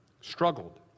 struggled